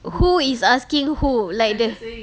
who is asking who like the